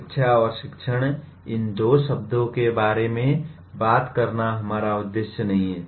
शिक्षा और शिक्षण इन दो शब्दों के बारे में बात करना हमारा उद्देश्य नहीं है